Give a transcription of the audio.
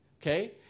Okay